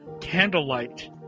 Candlelight